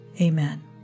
Amen